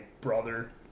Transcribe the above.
brother